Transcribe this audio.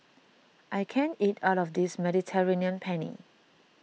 I can't eat all of this Mediterranean Penne